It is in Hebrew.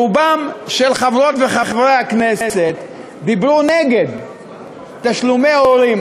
רוב חברות וחברי הכנסת דיברו נגד תשלומי הורים.